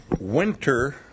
Winter